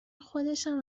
خودشم